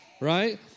Right